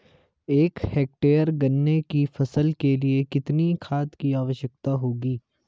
एक हेक्टेयर गन्ने की फसल के लिए कितनी खाद की आवश्यकता होगी?